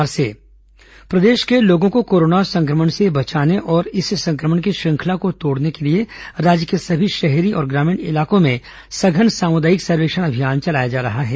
corona सघन अभियान प्रदेश के लोगों को कोरोना संक्रमण से बचाने और इस संक्रमण की श्रृंखला को तोड़ने राज्य के सभी शहरी और ग्रामीण इलाकों में सघन सामुदायिक सर्वेक्षण अभियान चलाया जा रहा है